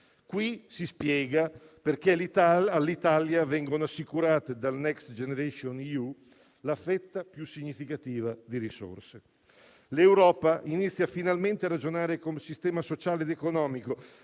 Questo spiega perché all'Italia viene assicurata dal Next generation EU la fetta più significativa di risorse. L'Europa inizia finalmente a ragionare come sistema sociale ed economico,